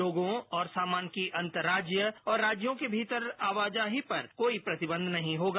लोगों और सामान के अंतर राज्य और राज्यों के भीतर आवाजाही पर कोई प्रतिबंध नहीं होगा